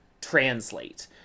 translate